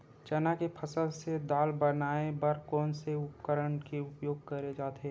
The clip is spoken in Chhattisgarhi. चना के फसल से दाल बनाये बर कोन से उपकरण के उपयोग करे जाथे?